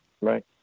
Right